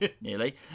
nearly